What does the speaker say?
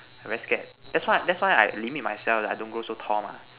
I'm very scared that's why that's why I limit myself like I don't go so tall mah